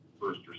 first